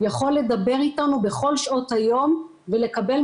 אני רוצה לדעת אם אני יכולה להשתמש בכסף הזה או לא ואני לא יודעת מה